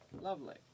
Lovely